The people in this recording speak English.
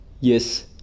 Yes